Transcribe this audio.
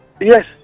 yes